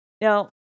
Now